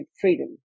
freedom